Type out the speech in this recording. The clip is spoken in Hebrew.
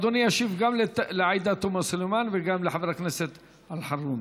אדוני ישיב גם לעאידה תומא סלימאן וגם לחבר הכנסת אלחרומי.